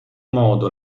modo